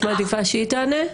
את מעדיפה שהיא תענה?